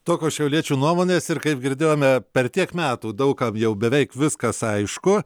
tokios šiauliečių nuomonės ir kaip girdėjome per tiek metų daug kam jau beveik viskas aišku